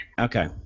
Okay